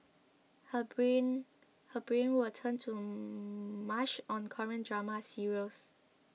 her brain her brain would turn to mush on Korean drama serials